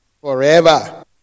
forever